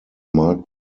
marked